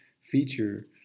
feature